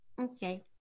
Okay